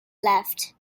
left